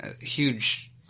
huge